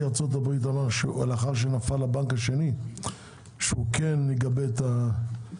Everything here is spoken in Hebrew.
נשיא ארצות הברית אמר שהוא כן יגבה את החברות.